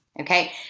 Okay